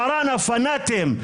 --- הפנטיים,